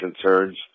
concerns